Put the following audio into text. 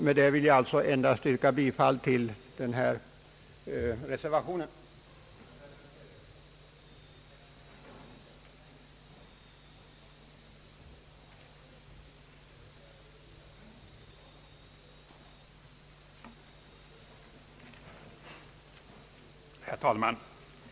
Med detta vill jag, herr talman, endast yrka bifall till reservationen under denna punkt.